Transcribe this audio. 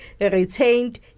retained